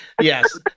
Yes